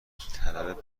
طلب